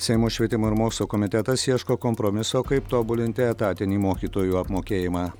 seimo švietimo ir mokslo komitetas ieško kompromiso kaip tobulinti etatinį mokytojų apmokėjimą